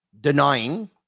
denying